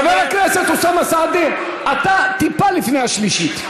חבר הכנסת אוסאמה סעדי, אתה טיפה לפני השלישית.